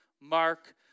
Mark